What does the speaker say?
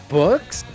books